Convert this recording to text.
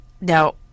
Now